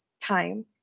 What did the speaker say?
time